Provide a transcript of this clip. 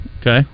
Okay